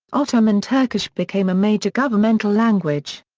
ottoman turkish became a major governmental language.